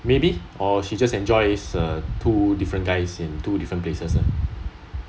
maybe or she just enjoys uh two different guys in two different places lah